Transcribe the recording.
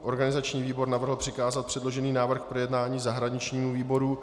Organizační výbor navrhl přikázat předložený návrh k projednání zahraničnímu výboru.